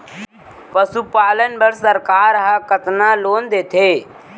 पशुपालन बर सरकार ह कतना लोन देथे?